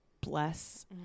bless